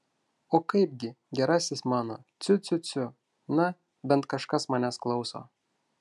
o kaipgi gerasis mano ciu ciu ciu na bent kažkas manęs klauso